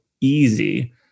easy